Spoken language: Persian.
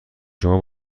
شما